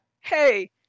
hey